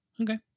Okay